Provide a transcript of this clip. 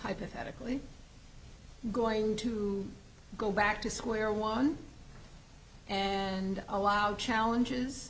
hypothetically going to go back to square one and allow challenges